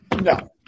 no